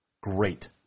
Great